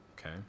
okay